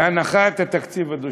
להנחת התקציב הדו-שנתי?